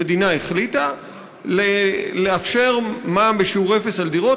המדינה החליטה לאפשר מע"מ בשיעור אפס על דירות,